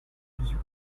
division